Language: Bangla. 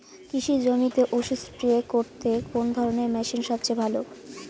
কৃষি জমিতে ওষুধ স্প্রে করতে কোন ধরণের মেশিন সবচেয়ে ভালো?